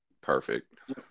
perfect